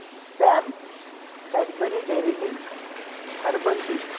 spam Cadbury dairy milk herbal tea